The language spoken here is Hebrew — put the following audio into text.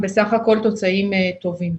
הם בסך הכול תוצאים טובים.